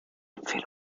empfehle